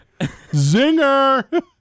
Zinger